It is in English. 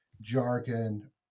jargon